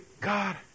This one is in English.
God